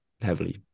heavily